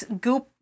goop